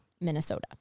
Minnesota